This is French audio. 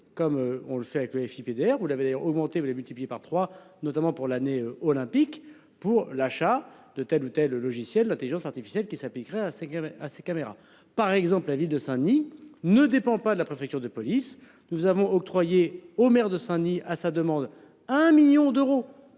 comme on le fait avec les filles pudeur, vous l'avez augmenté ou les multiplier par trois notamment pour l'année olympique pour l'achat de tels ou tels logiciels l'Intelligence artificielle qui s'appliquerait à qui, à ses caméras par exemple la ville de Saint-Denis ne dépend pas de la préfecture de police, nous avons octroyé au maire de Saint-Denis, à sa demande un million d'euros.